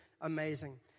amazing